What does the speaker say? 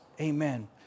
Amen